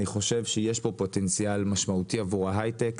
אני חושב שיש פה פוטנציאל משמעותי עבור ההיי-טק,